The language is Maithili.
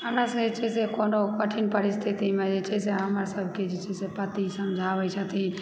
हमरा सभकेँ जे छै से कोनो कठिन परिस्थितिमे जे छै से हमर सभकेँ जे छै से पति समझाबैत छथिन